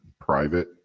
private